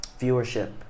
viewership